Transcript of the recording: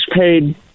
paid